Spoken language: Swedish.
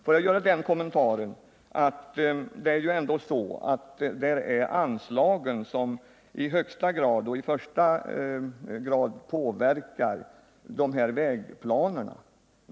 Låt mig göra den kommentaren att anslagen ändå i högsta grad påverkar vägplanerna.